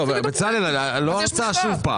בצלאל, לא שוב הרצאה.